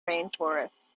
rainforests